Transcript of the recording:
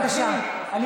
אבל אני